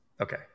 Okay